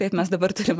taip mes dabar turime